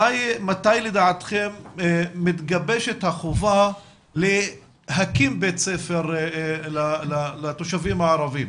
מתי לדעתכם מתגבשת החובה להקים בית ספר לתושבים הערבים?